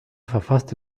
verfasste